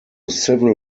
civil